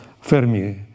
Fermi